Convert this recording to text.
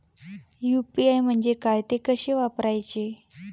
UPI म्हणजे काय, ते कसे वापरायचे?